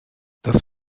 das